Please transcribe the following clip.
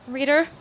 Reader